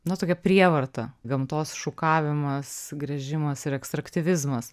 nu tokia prievarta gamtos šukavimas gręžimas ir ekstraktyvizmas